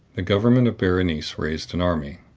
the government of berenice raised an army.